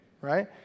right